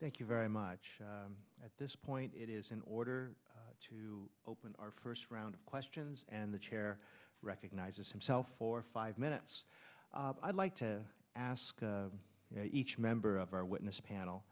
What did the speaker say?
thank you very much at this point it is in order to open our first round of questions and the chair recognizes himself for five minutes i'd like to ask each member of our witness panel